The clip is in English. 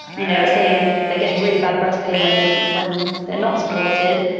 you know, are saying they're getting really bad breast pain when there's when they're not supported.